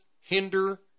Hinder